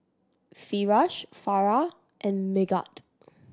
Firash Farah and Megat